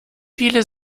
viele